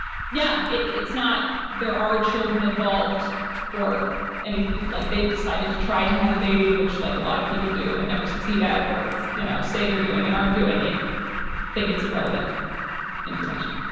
yeah, it's not. there are children involved or and it's it's like they've decided to try to have a baby, which like a lot of people do and never succeed at or, you know, say they're doing it, aren't doing it. i think it's irrelevant information.